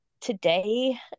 today